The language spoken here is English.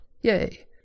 Yay